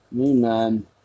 Amen